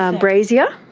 um brazier,